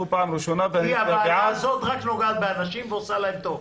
כי הוועדה הזאת רק נוגעת באנשים ועושה להם טוב.